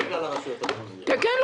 אנחנו